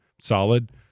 solid